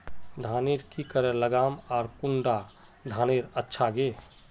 धानेर की करे लगाम ओर कौन कुंडा धानेर अच्छा गे?